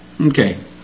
Okay